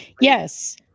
Yes